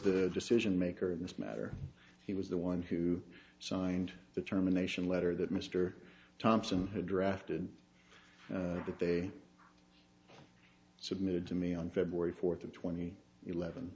the decision maker in this matter he was the one who signed the terminations letter that mr thompson who drafted that they submitted to me on february fourth of twenty eleven